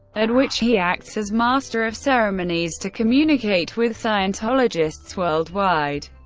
at which he acts as master of ceremonies, to communicate with scientologists worldwide.